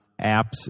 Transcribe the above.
apps